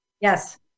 Yes